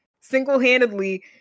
single-handedly